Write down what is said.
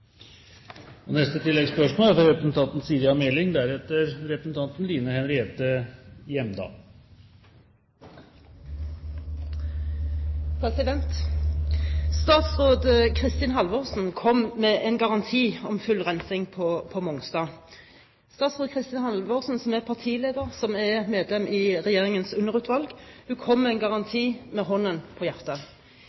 Meling – til oppfølgingsspørsmål. Statsråd Kristin Halvorsen kom med en garanti om fullrensing på Mongstad. Statsråd Kristin Halvorsen, som er partileder, og som er medlem i Regjeringens underutvalg,